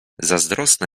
zazdrosna